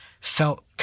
felt